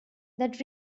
that